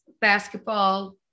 basketball